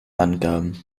angaben